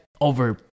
over